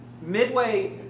midway